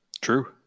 True